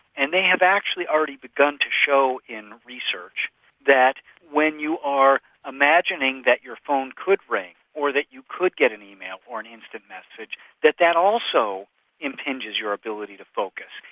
and they have actually already begun to show in research that when you are imagining that your phone could ring, or that you could get an email or an instant message then that also impinges your ability to focus,